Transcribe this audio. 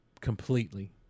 completely